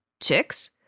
chicks